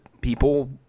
people